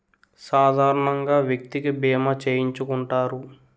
సాధారణంగా వ్యక్తికి బీమా చేయించుకుంటారు